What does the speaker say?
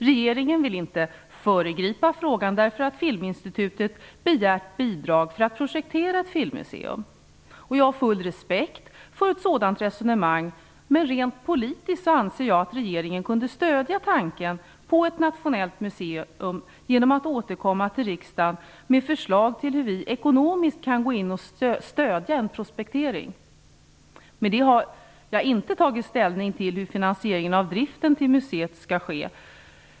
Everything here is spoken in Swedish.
Regeringen vill inte föregripa frågan därför att Filminstitutet begärt bidrag för att projektera ett filmmuseum. Jag har full respekt för ett sådant resonemang, men rent politiskt anser jag att regeringen kunde stödja tanken på ett nationellt museum genom att komma till riksdagen med förslag till hur vi ekonomiskt kan stödja en prospektering. Med detta har jag inte tagit ställning till hur finansieringen av driften av museet skall ske.